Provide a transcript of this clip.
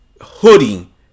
hoodie